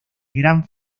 gran